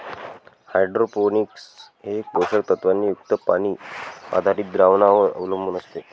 hydroponics हे पोषक तत्वांनी युक्त पाणी आधारित द्रावणांवर अवलंबून असते